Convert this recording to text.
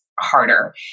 harder